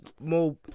more